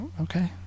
Okay